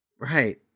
Right